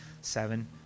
seven